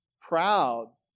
proud